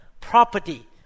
property